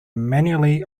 manually